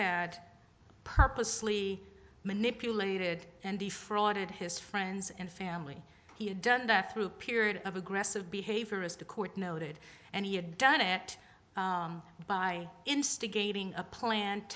had purposely manipulated and defrauded his friends and family he had done that through a period of aggressive behavior as the court noted and he had done it by instigating a plan